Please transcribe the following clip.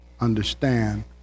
understand